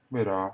wait ah